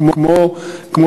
כמו